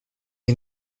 est